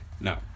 No